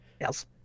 Yes